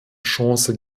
chance